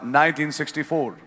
1964।